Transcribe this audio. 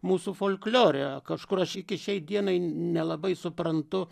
mūsų folklore kažkur aš iki šiai dienai nelabai suprantu